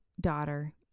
daughter